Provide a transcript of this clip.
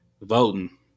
voting